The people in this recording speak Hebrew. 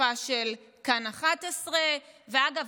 תקיפה של כאן 11. ואגב,